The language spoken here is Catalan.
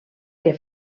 que